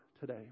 today